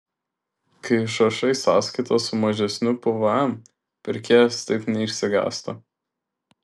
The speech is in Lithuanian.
kai išrašai sąskaitą su mažesniu pvm pirkėjas taip neišsigąsta